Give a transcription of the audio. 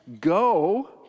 go